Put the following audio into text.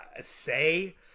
say